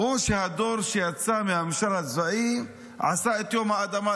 או שהדור שיצא מהממשל הצבאי עשה את יום האדמה,